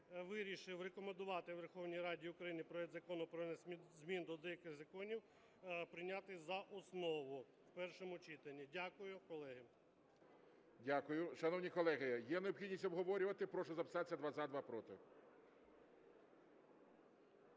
вирішив рекомендувати Верховній Раді України проект Закону про внесення змін до деяких законів прийняти за основу в першому читанні. Дякую, колеги. ГОЛОВУЮЧИЙ. Дякую. Шановні колеги, є необхідність обговорювати? Прошу записатися: два